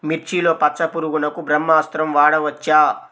మిర్చిలో పచ్చ పురుగునకు బ్రహ్మాస్త్రం వాడవచ్చా?